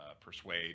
persuade